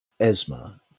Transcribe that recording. Esma